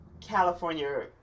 California